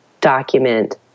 document